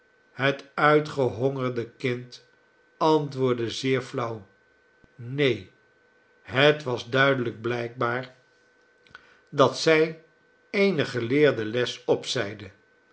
het uitgehongerde kind antwoordde zeer flauw neen het was duidelijk blijkbaar dat zij eene geleerde les opzeide